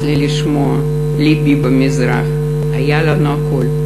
לי לשמוע 'לבי במזרח' / היה לנו הכול,